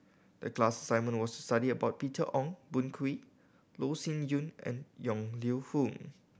the class assignment was to study about Peter Ong Boon Kwee Loh Sin Yun and Yong Lew Foong